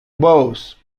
bows